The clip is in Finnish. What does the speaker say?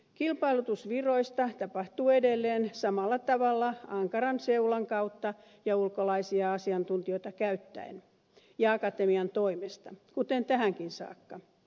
kilpailutus viroista tapahtuu edelleen samalla tavalla ankaran seulan kautta ja ulkolaisia asiantuntijoita käyttäen ja akatemian toimesta kuten tähänkin saakka